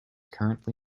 currently